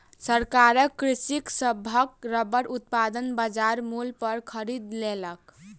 सरकार कृषक सभक रबड़ उत्पादन बजार मूल्य पर खरीद लेलक